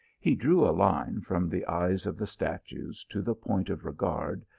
he drew a line from the eyes of the statues to the point of regard,